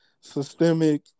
systemic